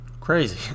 Crazy